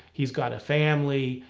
he's got a family,